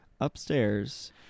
upstairs